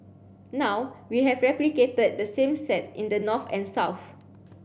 now we have replicated the same set in the north and south